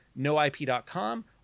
noip.com